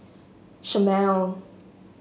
Chomel